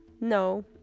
no